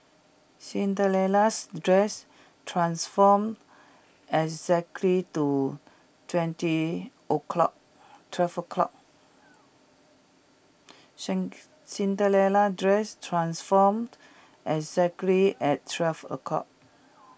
Cinderella's dress transformed exactly two twenty o'clock twelve o'clock Cinderella's dress transformed exactly at twelve o' clock